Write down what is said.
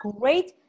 great